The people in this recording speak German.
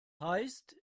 heißt